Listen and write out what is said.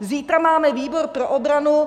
Zítra máme výbor pro obranu.